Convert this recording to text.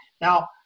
Now